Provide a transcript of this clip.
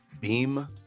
Beam